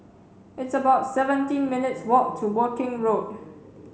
it's about seventeen minutes' walk to Woking Road